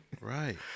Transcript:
Right